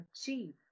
achieve